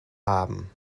haben